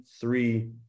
three